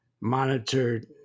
monitored